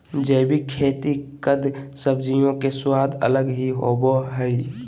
जैविक खेती कद सब्जियों के स्वाद अलग ही होबो हइ